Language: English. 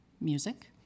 music